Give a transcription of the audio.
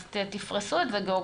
אז תפרסו את זה גאוגרפית.